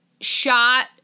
shot